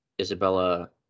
Isabella—